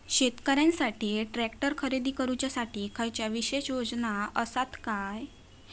शेतकऱ्यांकसाठी ट्रॅक्टर खरेदी करुच्या साठी खयच्या विशेष योजना असात काय?